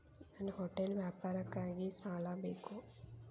ನನ್ನ ಹೋಟೆಲ್ ವ್ಯಾಪಾರಕ್ಕಾಗಿ ಸಾಲ ಬೇಕು